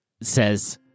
says